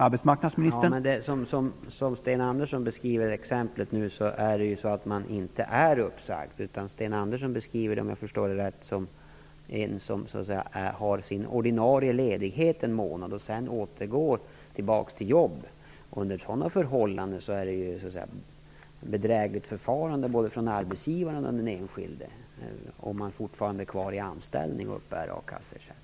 Herr talman! Som Sten Andersson beskriver i sitt exempel är man inte uppsagd. Om jag rätt förstått det hela gäller Sten Anderssons beskrivning den som har sin ordinarie ledighet under en månad och som sedan återgår till jobbet. Under sådana förhållanden är det fråga om bedrägligt förfarande både från arbetsgivaren och från den enskilde om vederbörande fortfarande är kvar i anställning och uppbär a-kasseersättning.